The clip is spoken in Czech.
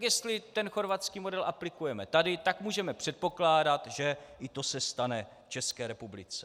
Jestli chorvatský model aplikujeme tady, tak můžeme předpokládat, že i to se stane v České republice.